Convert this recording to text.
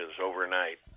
overnight